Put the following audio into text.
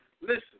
listen